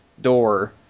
door